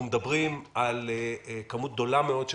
אנחנו מדברים על כמות גדולה מאוד של